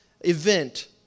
event